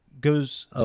goes